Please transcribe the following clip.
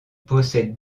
possède